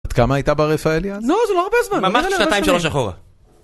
בת כמה הייתה בר רפאלי אז? נו, זה לא הרבה זמן. ממש שנתיים שלוש אחורה.